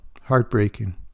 Heartbreaking